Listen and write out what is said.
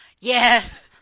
Yes